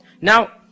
Now